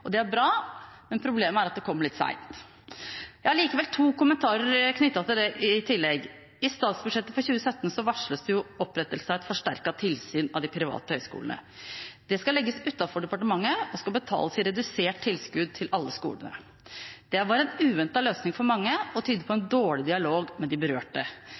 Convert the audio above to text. Det er bra, men problemet er at det kom litt seint. Jeg har likevel to tilleggskommentarer knyttet til det. I statsbudsjettet for 2017 varsles det opprettelse av et forsterket tilsyn for de private høyskolene. Det skal legges utenfor departementet, og skal betales gjennom redusert tilskudd til alle skolene. Det var en uventet løsning for mange, og det tyder på en dårlig dialog med de berørte.